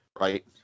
right